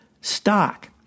stock